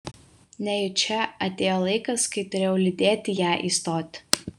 nejučia atėjo laikas kai turėjau lydėt ją į stotį